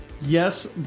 Yes